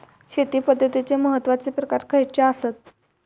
शेती पद्धतीचे महत्वाचे प्रकार खयचे आसत?